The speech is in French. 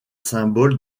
symbole